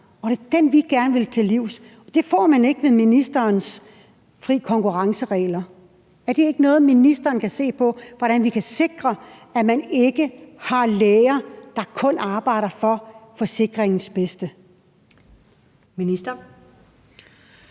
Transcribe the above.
Det er det, vi gerne vil til livs; det får man ikke ved ministerens fri konkurrence-regler. Er det ikke noget, ministeren kan se på, altså hvordan vi kan sikre, at man ikke har læger, der kun arbejder for forsikringens bedste? Kl.